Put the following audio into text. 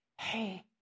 hey